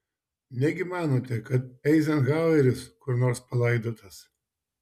negi manote kad eizenhaueris kur nors palaidotas